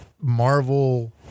Marvel